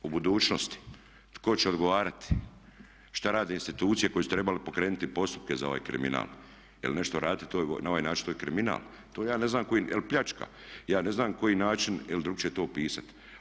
U budućnosti, tko će odgovarati, šta rade institucije koje su trebale pokrenuti postupke za ovaj kriminal, jer nešto raditi na ovaj način, to je kriminal, to ja ne znam koji, je li pljačka, ja ne znam koji način ili drukčije to opisati.